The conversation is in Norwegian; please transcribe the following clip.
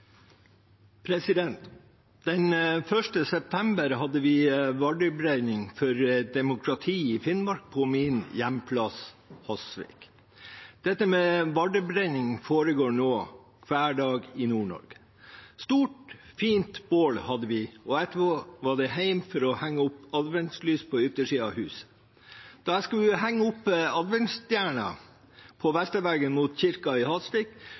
Den 1. desember hadde vi vardebrenning for demokrati i Finnmark på min hjemplass, Hasvik. Dette med vardebrenning foregår nå hver dag i Nord-Norge. Et stort, fint bål hadde vi, og etterpå var det hjem for å henge opp adventslys på yttersiden av huset. Da jeg skulle henge opp adventsstjerna på vestveggen mot kirken i Hasvik,